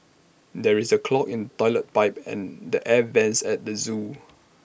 there is A clog in Toilet Pipe and the air Vents at the Zoo